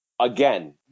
Again